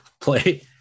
play